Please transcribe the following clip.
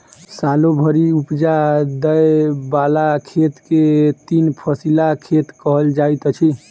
सालो भरि उपजा दय बला खेत के तीन फसिला खेत कहल जाइत अछि